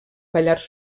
pallars